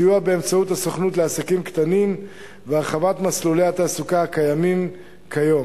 סיוע באמצעות הסוכנות לעסקים קטנים והרחבת מסלולי התעסוקה הקיימים כיום.